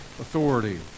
authority